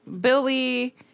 Billy